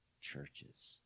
churches